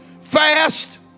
fast